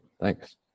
Thanks